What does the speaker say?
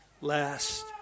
last